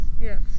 Yes